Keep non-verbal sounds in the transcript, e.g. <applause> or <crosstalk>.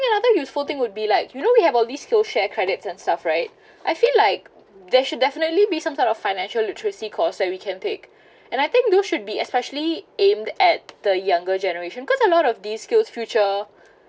another useful thing would be like you know we have all these skill share credits and stuff right <breath> I feel like there should definitely be some sort of financial literacy course that we can take <breath> and I think those should be especially aimed at the younger generation cause a lot of these skills future